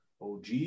OG